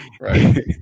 right